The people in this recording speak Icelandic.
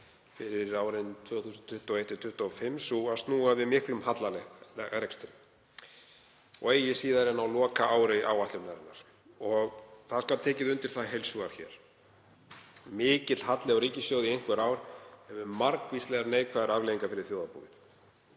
fyrir árin 2021–2025 að snúa við miklum hallarekstri, eigi síðar en á lokaári áætlunarinnar, og skal tekið undir það heils hugar hér. Mikill halli á ríkissjóði í einhver ár hefur margvíslegar neikvæðar afleiðingar fyrir þjóðarbúið